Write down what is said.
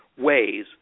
ways